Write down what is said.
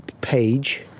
page